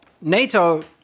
NATO